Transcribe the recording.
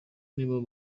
nibo